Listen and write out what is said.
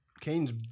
Kane's